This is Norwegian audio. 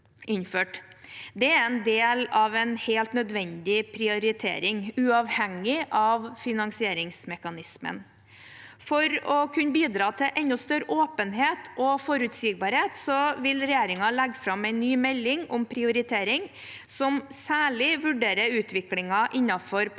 Det er en del av en helt nødvendig prioritering, uavhengig av finansieringsmekanismen. For å kunne bidra til enda større åpenhet og forutsigbarhet vil regjeringen legge fram en ny melding om prioritering som særlig vurderer utviklingen innenfor persontilpasset